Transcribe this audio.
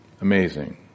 Amazing